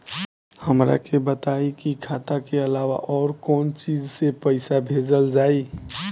हमरा के बताई की खाता के अलावा और कौन चीज से पइसा भेजल जाई?